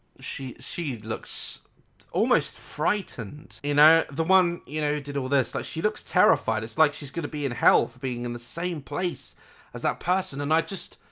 she she looks almost frightened. you know? the one who you know did all this. she looks terrified. it's like she's going to be in hell for being in the same place as that person and i just.